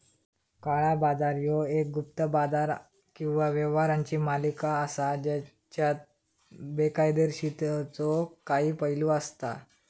काळा बाजार ह्यो एक गुप्त बाजार किंवा व्यवहारांची मालिका असा ज्यात बेकायदोशीरतेचो काही पैलू असता